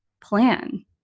plan